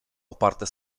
oparte